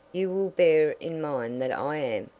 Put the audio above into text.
you will bear in mind that i am,